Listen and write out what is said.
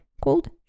called